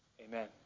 amen